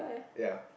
ya